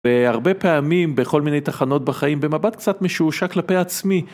בהרבה פעמים בכל מיני תחנות בחיים במבט קצת משושע כלפי עצמי.